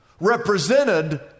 represented